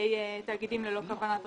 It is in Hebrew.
לגבי תאגידים ללא כוונת רווח.